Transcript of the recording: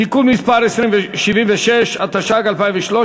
(תיקון מס' 76 והוראת שעה),